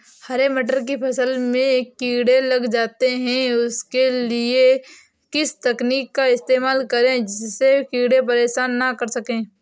हरे मटर की फसल में कीड़े लग जाते हैं उसके लिए किस तकनीक का इस्तेमाल करें जिससे कीड़े परेशान ना कर सके?